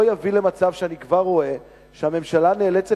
לא תביא למצב שאני כבר רואה שהממשלה נאלצת